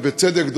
ובצדק,